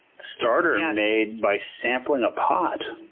starter made by sampling a pot.